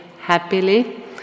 happily